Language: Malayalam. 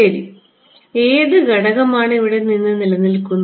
ശരി ഏത് ഘടകമാണ് ഇവിടെ നിന്ന് നിലനിൽക്കുന്നത്